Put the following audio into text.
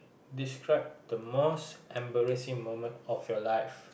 describe the most embarrassing moment of your life